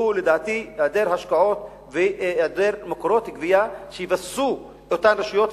שלדעתי הוא היעדר השקעות והיעדר מקורות גבייה שיבססו את אותן רשויות,